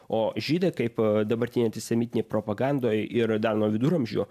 o žydai kaip dabartinėj antisemitinėj propagandoj ir dar nuo viduramžių